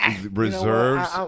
reserves